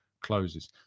closes